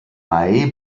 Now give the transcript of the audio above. mai